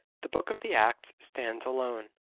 the book of the acts stands alone.